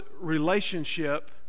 relationship